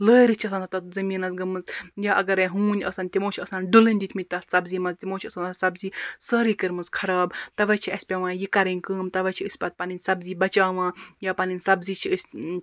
لٲرِتھ چھِ آسان تَتھ زمیٖنَس گٔمٕژ یا اَگَر ہوٗنۍ آسَن تِمو چھ آسان ڈُلٕنۍ دِتمٕت تَتھ سَبزی مَنٛز تِمو چھِ آسان تَتھ سَبزی سٲری کٔرمٕژ خَراب تَوے چھِ اَسہِ پیٚوان یہِ کَرٕنۍ کٲم تَوے چھِ أسۍ پَتہٕ پَنٕنۍ سَبزی بَچاوان یا پَنٕنۍ سَبزی چھِ أسۍ